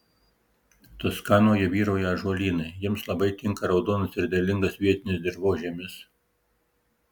toskanoje vyrauja ąžuolynai jiems labai tinka raudonas ir derlingas vietinis dirvožemis